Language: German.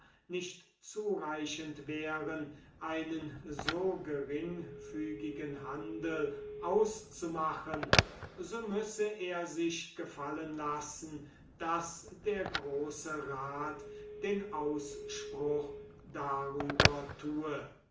nicht zureichend wären einen so geringfügigen handel auszumachen so müsse er sich gefallen lassen daß der große rat den ausspruch darüber tue